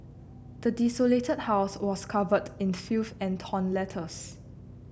the desolated house was covered in filth and torn letters